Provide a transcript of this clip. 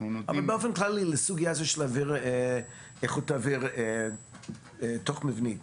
אבל באופן כללי לסוגייה של איכות אוויר תוך מבני.